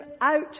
out